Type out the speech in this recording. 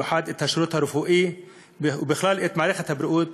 במיוחד את השירות הרפואי ובכלל את מערכת הבריאות.